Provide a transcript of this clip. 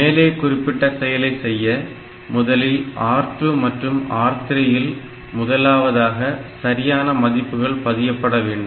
மேலே குறிப்பிட்ட செயலை செய்ய முதலில் R2 மற்றும் R3 இல் முதலாவதாக சரியான மதிப்புகள் பதியப்பட வேண்டும்